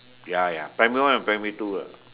ya ya primary one or primary two lah